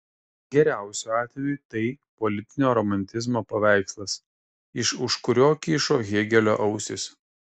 geriausiu atveju tai politinio romantizmo paveikslas iš už kurio kyšo hėgelio ausys